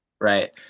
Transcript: Right